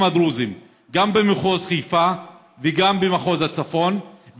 הדרוזיים גם במחוז חיפה וגם במחוז הצפון,